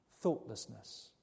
thoughtlessness